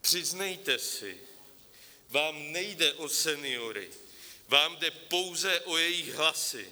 Přiznejte si, vám nejde o seniory, vám jde pouze o jejich hlasy.